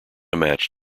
match